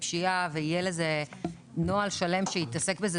פשיעה ויהיה לזה נוהל שלם שיתעסק בזה.